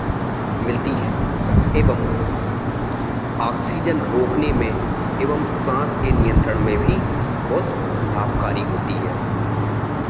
मिलती है एवम ऑक्सीजन रोकने में एवम सांस के नियंत्रण में भी बहुत लाभकारी होती है